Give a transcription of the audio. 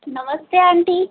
नमस्ते आंटी